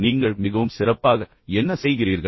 நீங்கள் மிகவும் சிறப்பாக என்ன செய்கிறீர்கள்